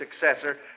successor